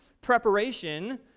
preparation